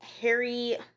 Harry